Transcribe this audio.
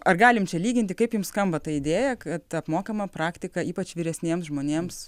ar galim čia lyginti kaip jums skamba ta idėja kad apmokama praktika ypač vyresniems žmonėms